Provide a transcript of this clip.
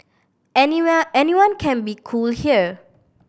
anyone anyone can be cool here